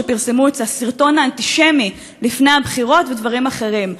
שפרסמו את הסרטון האנטישמי לפני הבחירות ודברים אחרים,